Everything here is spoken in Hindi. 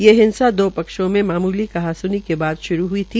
ये हिंसा दो पक्षों में मामूली कहा सुनी के बाद शुरू हुई थी